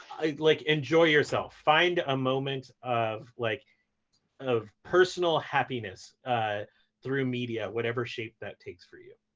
like enjoy yourself. find a moment of like of personal happiness through media, whatever shape that takes for you.